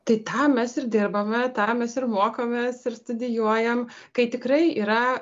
tai tam mes ir dirbame tam mes ir mokomės ir studijuojam kai tikrai yra